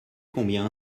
combien